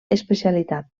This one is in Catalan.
especialitat